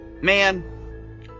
man